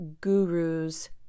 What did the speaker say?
gurus